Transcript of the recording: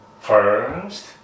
First